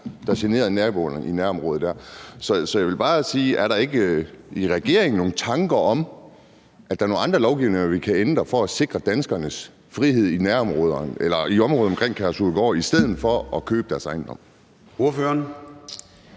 der generede naboerne i nærområdet. Så jeg vil bare spørge: Er der ikke i regeringen nogen tanker om, at der er nogle andre lovgivninger, vi kan ændre, for at sikre danskernes frihed i området omkring Kærshovedgård i stedet for at købe deres ejendomme?